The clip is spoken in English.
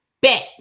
bet